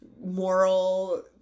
moral